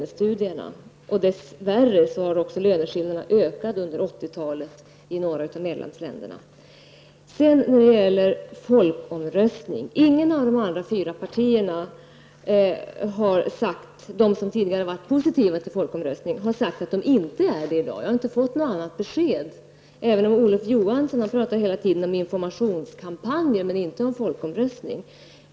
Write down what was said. Dessvärre har också löneskillnaderna ökat i några av medlemsländerna under 80-talet. Inget annat av de fyra partier som tidigare var positiva till folkomröstning har sagt att de inte är det i dag. Jag har inte fått något annat besked, även om Olof Johansson hela tiden talar om informationskampanjer men inte om folkomröstning.